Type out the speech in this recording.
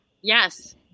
Yes